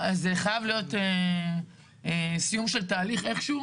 אז זה חייב להיות סיום של תהליך איכשהו.